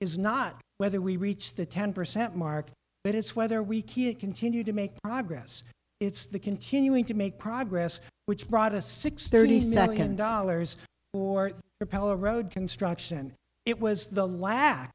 is not whether we reach the ten percent mark but it's whether we can continue to make progress it's the continuing to make progress which brought a six thirty six million dollars or repel road construction it was the lack